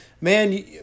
man